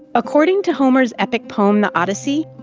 according to homer's epic poem the odyssey,